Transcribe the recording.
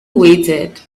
waited